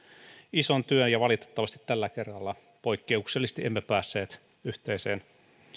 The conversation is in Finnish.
ison työn ja valitettavasti tällä kerralla poikkeuksellisesti emme päässeet yhteiseen